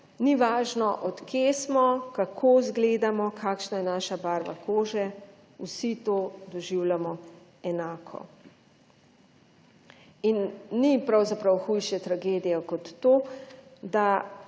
Ni važno, od kje smo, kako izgledamo, kakšna je naša barva kože, vsi to doživljamo enako in ni pravzaprav hujše tragedije kot to,